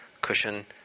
cushion